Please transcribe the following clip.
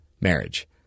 marriage